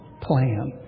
plan